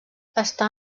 està